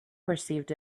perceived